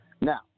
Now